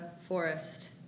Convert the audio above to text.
forest